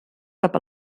cap